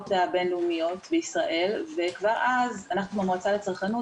הבין לאומיות בישראל וכבר אז אנחנו המועצה לצרכנות